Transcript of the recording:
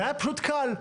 זה היה פשוט קל.